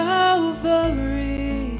Calvary